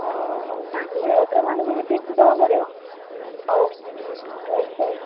ହ ହ ତାଙ୍କୁ ବି ୱେଟର୍ମାନୁଙ୍କୁ ଟିପ୍ସ୍ ଦେବାକୁ ପଡ଼ିବ ହଉ ହଁ ସେ